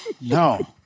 No